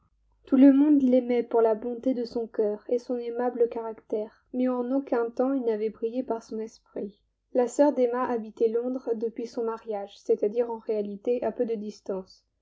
tout le monde l'aimait pour la bonté de son cœur et son aimable caractère mais en aucun temps il n'avait brillé par son esprit la sœur d'emma habitait londres depuis son mariage c'est-à-dire en réalité à peu de distance